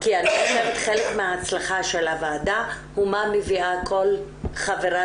כי אני חושבת שחלק מההצלחה של הוועדה הוא מה מביאה כל חברת